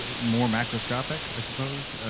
ah more macroscopic, i suppose,